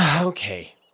Okay